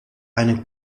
eine